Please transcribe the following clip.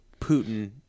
Putin